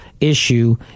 issue